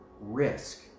risk